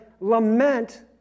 lament